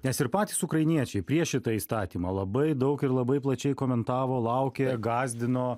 nes ir patys ukrainiečiai prieš šitą įstatymą labai daug ir labai plačiai komentavo laukė gąsdino